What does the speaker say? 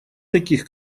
таких